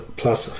plus